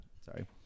Sorry